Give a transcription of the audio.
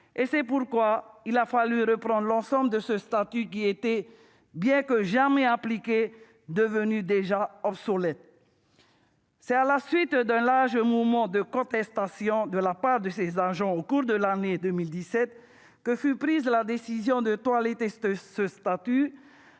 C'est pourquoi il a fallu reprendre l'ensemble de ce statut, qui, sans avoir été appliqué, était déjà devenu obsolète. C'est à la suite d'un large mouvement de contestation de la part des agents, au cours de l'année 2017, que fut prise la décision de toiletter ce statut